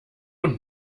und